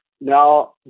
Now